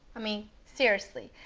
i mean, seriously,